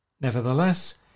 Nevertheless